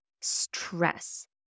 stress